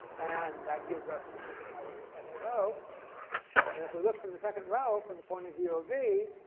and that gives us what we have on the second row. and if we look from the second row from the point of view of v,